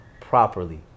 properly